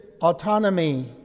autonomy